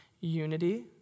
unity